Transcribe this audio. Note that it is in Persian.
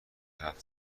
حرف